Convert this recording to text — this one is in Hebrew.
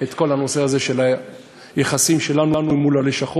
את כל הנושא של היחסים שלנו עם הלשכות,